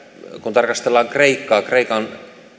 kun tarkastellaan kreikkaa kreikan